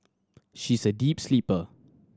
she's a deep sleeper